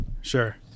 sure